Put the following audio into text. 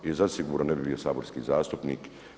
I zasigurno ne bi bio saborski zastupnik.